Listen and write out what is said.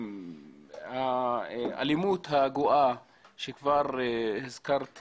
האלימות הגואה שכבר הזכרת,